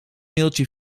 mailtje